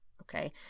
okay